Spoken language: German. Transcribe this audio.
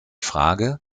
frage